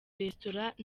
restaurent